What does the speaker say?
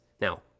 Now